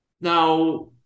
now